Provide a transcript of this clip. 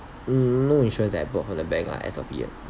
no insurance I that bought from the bank ah as of yet